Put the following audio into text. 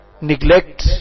neglect